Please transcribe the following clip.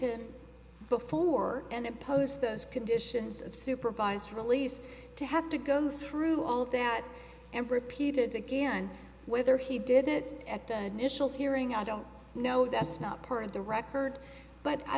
to before and impose those conditions of supervised release to have to go through all that and repeated again whether he did it at the initial hearing i don't know that's not part of the record but i